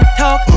talk